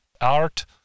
art